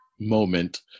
moment